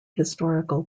historical